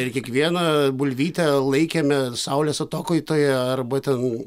ir kiekvieną bulvytę laikėme saulės atokaitoje arba ten